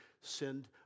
send